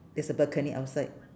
there's a balcony outside